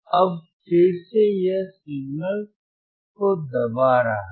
अब फिर से यह सिग्नल को दबा रहा है